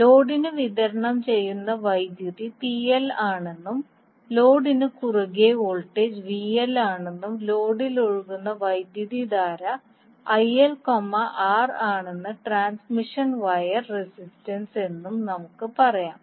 ലോഡിന് വിതരണം ചെയ്യുന്ന വൈദ്യുതി PL ആണെന്നും ലോഡിന് കുറുകെയുള്ള വോൾട്ടേജ് VL ആണെന്നും ലോഡിൽ ഒഴുകുന്ന വൈദ്യുതധാര IL R ആണ് ട്രാൻസ്മിഷൻ വയർ റെസിസ്റ്റൻസ് എന്നും നമുക്ക് പറയാം